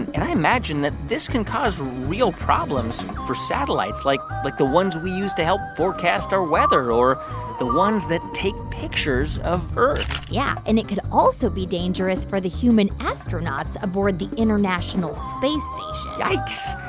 and i imagine that this can cause real problems for satellites, like like the ones we use to help forecast our weather or the ones that take pictures of earth yeah. and it could also be dangerous for the human astronauts aboard the international space station yikes.